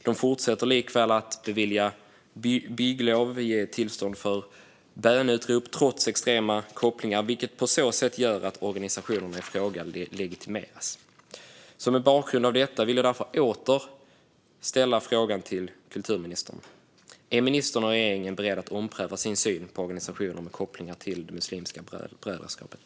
De fortsätter att bevilja bygglov och ge tillstånd för böneutrop trots extrema kopplingar, vilket gör att organisationerna i fråga på så sätt legitimeras. Mot bakgrund av detta vill jag därför åter ställa frågan till kulturministern: Är ministern och regeringen beredda att ompröva sin syn på organisationer med kopplingar till Muslimska brödraskapet?